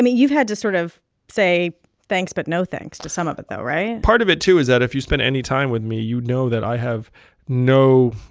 you've had to sort of say thanks but no thanks to some of it, though, right? part of it, too, is that if you spent any time with me, you'd know that i have no